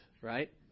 right